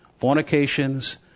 fornications